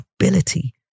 ability